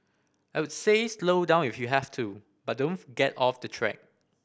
I would say slow down if you have to but don't get off the track